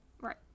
Right